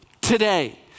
Today